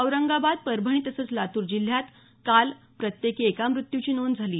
औरंगाबाद परभणी तसंच लातूर जिल्ह्यात काल प्रत्येकी एका मृत्यूची नोंद झाली